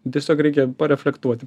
tiesiog reikia pareflektuot